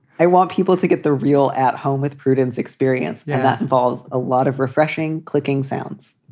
i want people to get the real at home with prudence experience. and that involves a lot of refreshing clicking sounds.